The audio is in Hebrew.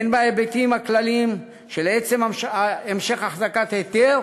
הן בהיבטים הכלליים של עצם המשך החזקת היתר